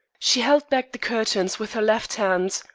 she held back the curtains with her left hand,